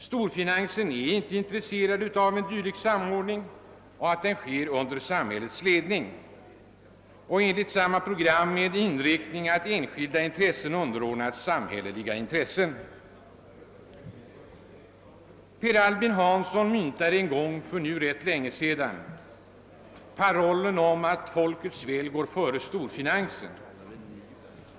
Storfinansen är inte intresserad av en sådan samordning eller av att den sker under samhällets ledning. Enligt samma program är det viktigt att enskilda intressen underordnas samhällsintresset. Per Albin Hansson myntade en gång för rätt länge sedan parollen att »folkets väl går före storfinansens».